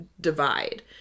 divide